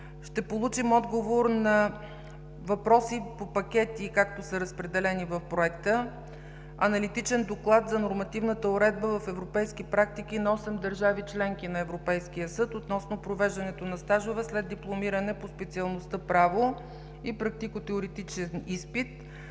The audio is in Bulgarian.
ще получим отговор на въпроси по пакети, както са разпределени в Проекта – аналитичен доклад за нормативната уредба в европейски практики на осем държави-членки на Европейския съд относно провеждането на стажове след дипломиране по специалността „Право“ и практико-теоретичен изпит.